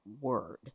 word